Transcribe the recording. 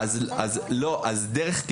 החוק הזה נותן לכם את האפשרות הזאת,